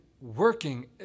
working